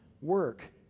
work